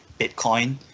bitcoin